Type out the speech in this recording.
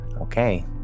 Okay